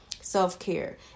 self-care